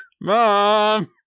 Mom